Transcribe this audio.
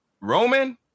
Roman